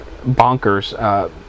bonkers